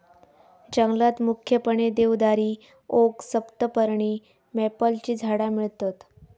जंगलात मुख्यपणे देवदारी, ओक, सप्तपर्णी, मॅपलची झाडा मिळतत